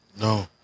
No